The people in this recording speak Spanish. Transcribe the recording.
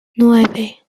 nueve